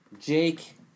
Jake